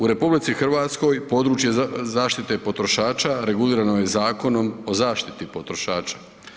U RH područje zaštite potrošača regulirano je Zakonom o zaštiti potrošača.